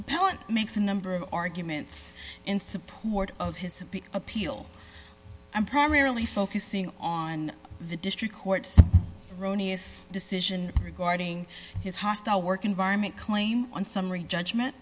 ant makes a number of arguments in support of his appeal i'm primarily focusing on the district court ronis decision regarding his hostile work environment claim on summary judgment